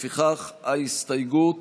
לפיכך, ההסתייגות